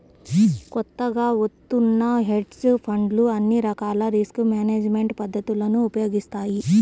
కొత్తగా వత్తున్న హెడ్జ్ ఫండ్లు అన్ని రకాల రిస్క్ మేనేజ్మెంట్ పద్ధతులను ఉపయోగిస్తాయి